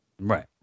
Right